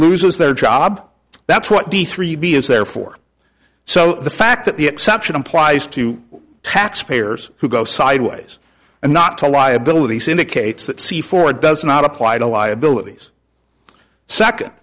loses their job that's what de three b is there for so the fact that the exception applies to taxpayers who go sideways and not to liability syndicates that see forward does not apply to liabilities second